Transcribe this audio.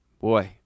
boy